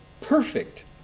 perfect